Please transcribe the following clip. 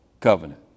covenant